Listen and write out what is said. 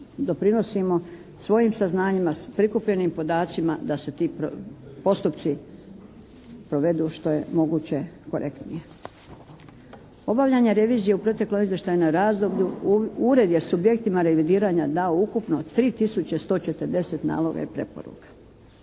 doprinosimo svojim saznanjima, prikupljenim podacima da se ti postupci provedu što je moguće korektnije. Obavljanje revizije u proteklom izvještajnom razdoblju ured je subjektima revidiranja dao ukupno 3140 naloga i preporuka.